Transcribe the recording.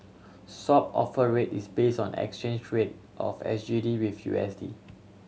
Swap Offer Rate is base on exchange rate of S G D with U S D